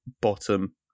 bottom